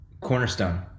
Cornerstone